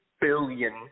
billion